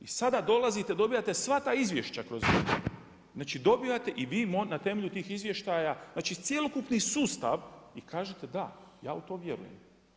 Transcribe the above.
I sada dolazite, dobijate sva ta izvješća kroz, znači dobijate i vi na temelju tih izvještaja, znači cjelokupni sustav i kažete da, ja u to vjerujem.